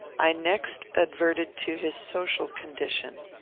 i next adverted to his social condition.